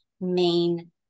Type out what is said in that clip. main